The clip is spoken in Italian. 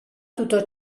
tutto